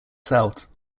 south